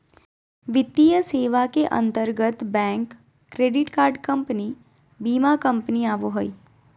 वित्तीय सेवा के अंतर्गत बैंक, क्रेडिट कार्ड कम्पनी, बीमा कम्पनी आवो हय